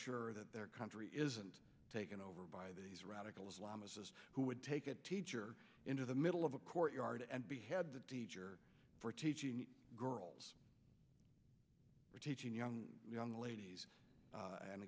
sure that their country isn't taken over by these radical islamism who would take a teacher into the middle of a courtyard and behead the teacher for teaching girls we're teaching young young ladies